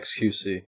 xqc